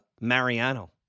Mariano